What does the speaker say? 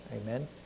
Amen